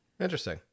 Interesting